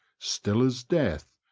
still as death,